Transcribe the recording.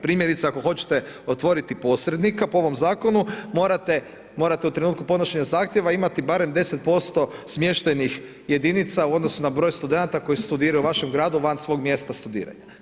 Primjerice ako hoćete otvoriti posrednika po ovom zakonu morate u trenutku podnošenja zahtjeva imati barem 10% smještajnih jedinica u odnosu na broj studenata koji studiraju u vašem gradu van svog mjesta studiranja.